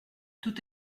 tout